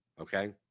Okay